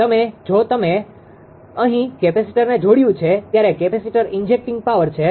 હવે જો તમે અહીં કેપેસિટરને જોડ્યું છે ત્યાં કેપેસિટર ઇન્જેક્ટીંગ પાવર છે